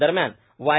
दरम्यान वाय